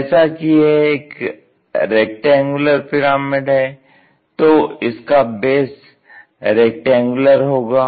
जैसा कि यह एक रैक्टेंगुलर पिरामिड है तो इसका बेस रैक्टेंगुलर होगा